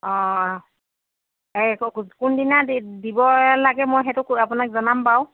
অঁ হেৰি আকৌ কোন দিনা দিব লাগে মই সেইটো আপোনাক জনাম বাৰু